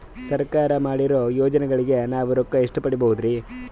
ಸರ್ಕಾರ ಮಾಡಿರೋ ಯೋಜನೆಗಳಿಗೆ ನಾವು ರೊಕ್ಕ ಎಷ್ಟು ಪಡೀಬಹುದುರಿ?